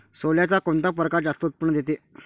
सोल्याचा कोनता परकार जास्त उत्पन्न देते?